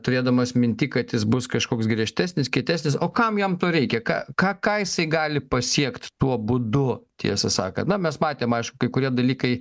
turėdamas minty kad jis bus kažkoks griežtesnis kietesnis o kam jam to reikia ką ką ką jisai gali pasiekt tuo būdu tiesą sakan na mes matėm aš kai kurie dalykai